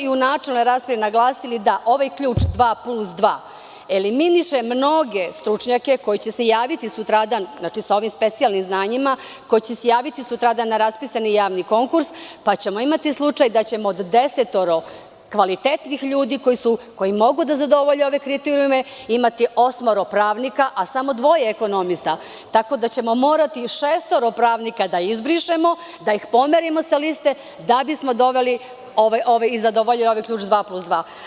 I u načelnoj raspravi smo naglasili da ovaj ključ dva plus dva eliminiše mnoge stručnjake koji će se javiti sutradan, sa ovim specijalnim znanjima, na raspisani javni konkurs, pa ćemo imati slučaj da ćemo od desetoro kvalitetnih ljudi koji mogu da zadovolje ove kriterijume, imati osmoro pravnika a samo dvoje ekonomista, tako da ćemo morati šestoro pravnika da izbrišemo, da ih pomerimo sa liste, da bismo zadovoljili ovaj ključ dva plus dva.